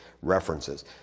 references